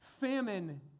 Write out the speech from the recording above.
famine